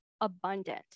abundant